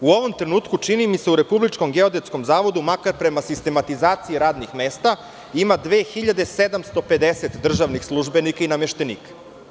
U ovom trenutku u Republičkom geodetskom zavodu, makar prema sistematizaciji radnih mesta, ima 2.750 državnih službenika i nameštenika.